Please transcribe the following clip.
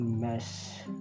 mess